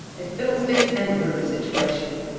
a fiddlestick's end for the situation!